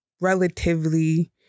relatively